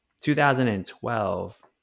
2012